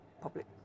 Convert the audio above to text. public